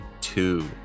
two